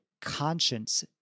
conscience